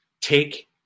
take